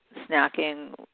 snacking